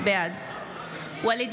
בעד ואליד